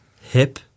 Hip